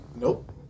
Nope